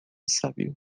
sábio